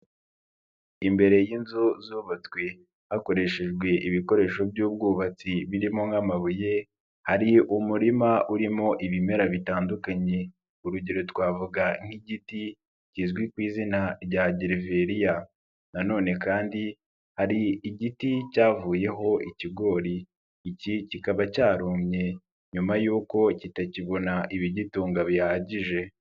Imbere y'inzu zubatswe hakoreshejwe ibikoresho by'ubwubatsi birimo nk'amabuye, hari umurima urimo ibimera bitandukanye. Urugero twavuga nk'igiti kizwi ku izina rya gereveriya. Nanone kandi, hari igiti cyavuyeho ikigori. Iki kikaba cyarumye nyuma yuko kitakibona ibigitunga bihagije.